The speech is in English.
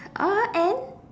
uh and